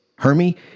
Hermy